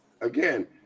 Again